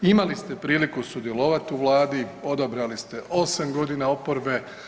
Imali ste priliku sudjelovati u vladi, odabrali ste 8 godina oporbe.